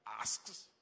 asks